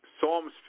Psalms